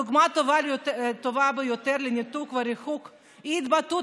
הדוגמה הטובה ביותר לניתוק וריחוק היא ההתבטאות